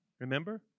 remember